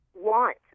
want